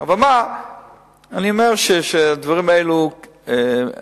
אבל אני אומר שעם הדברים האלה מנסים